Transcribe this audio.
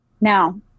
Now